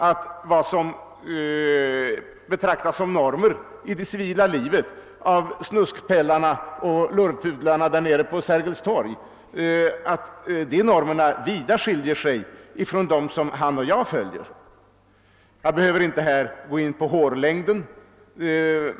att de normer för det civila livet, som tillämpas av snuskpelarna och lurvpudlarna på Sergels torg, vida skiljer sig från dem som. hän och jag följer. Jag behöver inte här gå in på hårlängden.